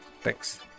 Thanks